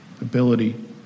ability